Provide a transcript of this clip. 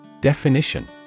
Definition